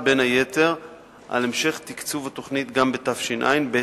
בין היתר על המשך תקצוב התוכנית גם בשנת תש"ע,